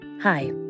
Hi